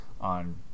on